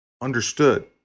understood